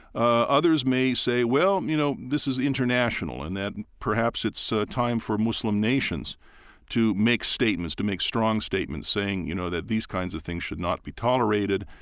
others may say, well, you know, this is international and that perhaps it's so time for muslim nations to make statements, to make strong statements saying, you know, that these kind of things should not be tolerated.